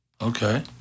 Okay